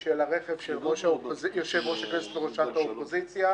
של הרכב של יושב-ראש הכנסת וראשת האופוזיציה,